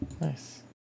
Nice